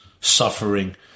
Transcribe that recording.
suffering